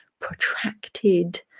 protracted